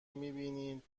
میبینید